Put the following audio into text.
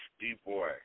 D-Boy